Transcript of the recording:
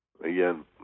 again